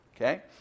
okay